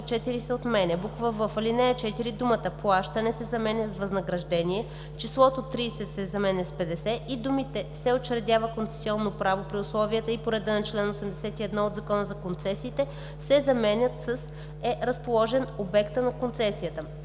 ал. 2 т. 4 се отменя; в) в ал. 4 думата „плащане“ се заменя с „възнаграждение“, числото „30“ се заменя с „50“ и думите „се учредява концесионното право, при условията и по реда на чл. 81 от Закона за концесиите“ се заменят с „е разположен обектът на концесията“;